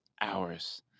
hours